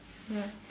ya